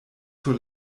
sur